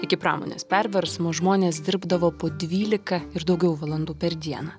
iki pramonės perversmo žmonės dirbdavo po dvylika ir daugiau valandų per dieną